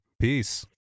peace